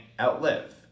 outlive